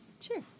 Sure